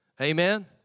amen